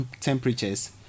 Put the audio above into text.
temperatures